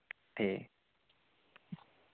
ठीक